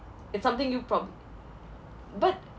it's something you prob~ but